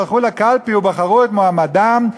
שהלכו לקלפי ובחרו את מועמדם,